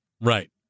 Right